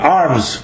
arms